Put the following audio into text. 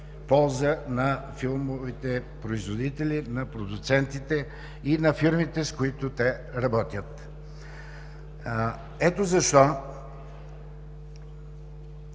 на филмовите производители, на продуцентите и на фирмите, с които те работят. Ето защо